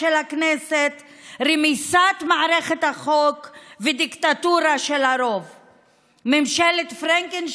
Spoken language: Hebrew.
כשאתה מסתובב עם סירה אחת ושודד כמה סירות קוראים לך פיראט,